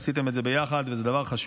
עשיתם את זה ביחד, וזה דבר חשוב,